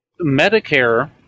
Medicare